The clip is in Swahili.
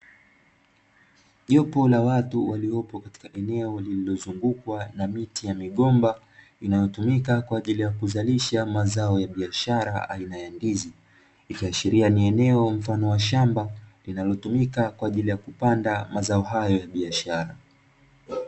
Jopo la watu waliopo katika eneo lilozungukwa na miti ya migomba inayo tumilka kwajili ya kuzalisha mazao ya biashara aina ya ndizi, ikiashiria ni eneo mfano wa shamba linalotumika kwajili ya kupanda mazao hayo ya biashara.